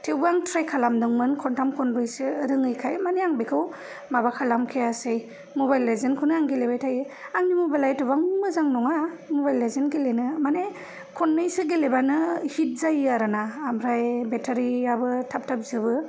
थेवबो आं थ्राय खालामदोंमोन खनथाम खनब्रेसो रोङैखाय मानि आं बेखौ माबा खालाम खायासै मबाइल लेजेनखौनो आं गेलेबाय थायो आंनि मबाइला एथबां मोजां नङा मबाइल लेजेन गेलेनो मानि खननैसो गेलेबानो हिथ जायो आरो ना ओमफ्राय बेटारियाबो थाब थाब जोंबो